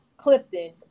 Clifton